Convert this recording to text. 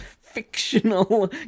Fictional